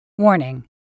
Warning